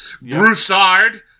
Broussard